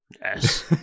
Yes